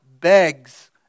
begs